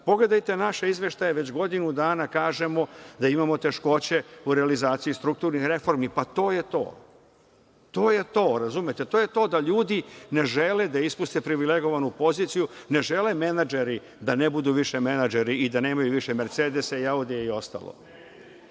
Pogledajte naše izveštaje, već godinu dana kažemo da imamo teškoće u realizaciji strukturnih reformi, pa to je to. To je to, razumete, to je to da ljudi ne žele da ispuste privilegovanu poziciju, ne žele menadžeri da ne budu više menadžeri i da nemaju više mercedese, audije i ostalo.